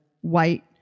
white